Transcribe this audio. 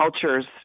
cultures